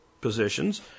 positions